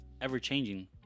ever-changing